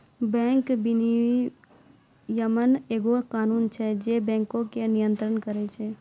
bank विनियमन एगो कानून छै जे बैंको के नियन्त्रण करै छै